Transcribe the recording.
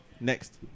Next